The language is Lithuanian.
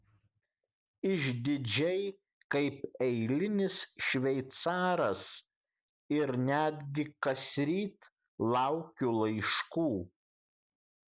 išdidžiai kaip eilinis šveicaras ir netgi kasryt laukiu laiškų